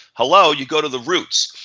hello? you go to the roots.